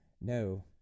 no